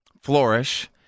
flourish